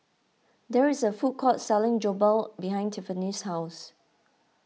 there is a food court selling Jokbal behind Tiffany's house